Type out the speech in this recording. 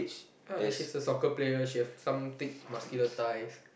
ah and she's a soccer player she have some thick muscular thighs